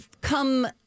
come